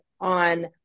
on